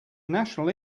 national